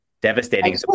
Devastating